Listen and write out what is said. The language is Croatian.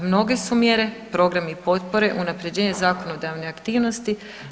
Mnoge su mjere, programi i potpore, unapređenje zakonodavne aktivnosti.